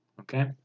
okay